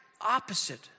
opposite